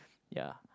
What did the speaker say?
ya